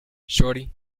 shawty